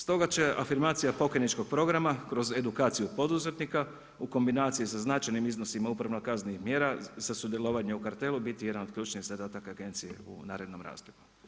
Stoga će afirmacija pokajničkog programa kroz edukaciju poduzetnika u kombinaciji sa značajnim iznosima upravnih kazni i mjera za sudjelovanje u kartelu biti jedan od ključnih zadataka agencije u narednom razdoblju.